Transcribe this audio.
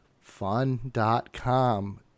Fun.com